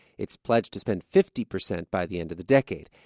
it's pledged to spend fifty percent by the end of the decade.